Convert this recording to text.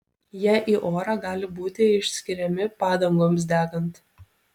jie į orą gali būti išskiriami padangoms degant